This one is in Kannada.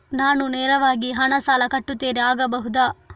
ನಾನು ನೇರವಾಗಿ ಹಣ ಸಾಲ ಕಟ್ಟುತ್ತೇನೆ ಆಗಬಹುದ?